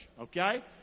Okay